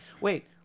wait